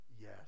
Yes